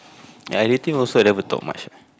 ya dating also i never talk much